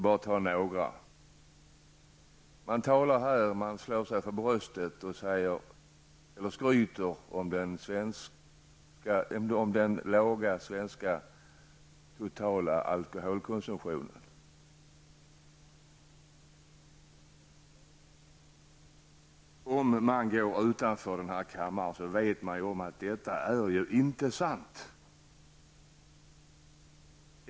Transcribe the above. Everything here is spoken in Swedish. Man skryter om den låga svenska totala alkoholkonsumtionen. Om man går utanför den här kammaren får man att detta inte är sant.